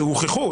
מקרים שהוכחו,